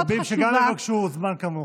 כי יש רבים שגם יבקשו זמן כמוך.